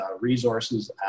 resources